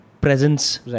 presence